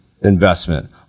investment